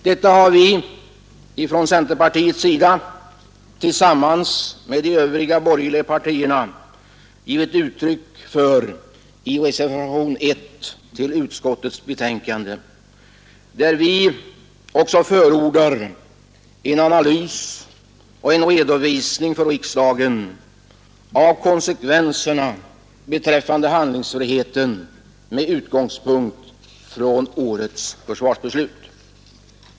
Detta har vi från centerpartiet tillsammans med de övriga borgerliga partierna givit uttryck för i reservationen 1 till utskottets betänkande, där vi också förordar en analys och en redovisning för riksdagen av konsekvenserna beträffande handlingsfriheten med utgångspunkt i årets försvarsbeslut.